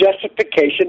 justification